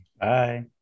Bye